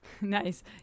nice